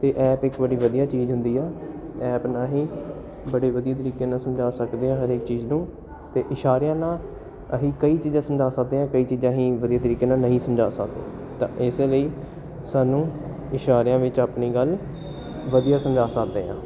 ਅਤੇ ਐਪ ਇੱਕ ਬੜੀ ਵਧੀਆ ਚੀਜ਼ ਹੁੰਦੀ ਆ ਐਪ ਨਾਲ ਅਸੀਂ ਬੜੇ ਵਧੀਆ ਤਰੀਕੇ ਨਾਲ ਸਮਝਾ ਸਕਦੇ ਹਾਂ ਹਰੇਕ ਚੀਜ਼ ਨੂੰ ਅਤੇ ਇਸ਼ਾਰਿਆਂ ਨਾਲ ਅਸੀਂ ਕਈ ਚੀਜ਼ਾਂ ਸਮਝਾ ਸਕਦੇ ਹਾਂ ਕਈ ਚੀਜ਼ਾਂ ਅਸੀਂ ਵਧੀਆ ਤਰੀਕੇ ਨਾਲ ਨਹੀਂ ਸਮਝਾ ਸਕਦੇ ਤਾਂ ਇਸ ਲਈ ਸਾਨੂੰ ਇਸ਼ਾਰਿਆਂ ਵਿੱਚ ਆਪਣੀ ਗੱਲ ਵਧੀਆ ਸਮਝਾ ਸਕਦੇ ਹਾਂ